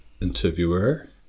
interviewer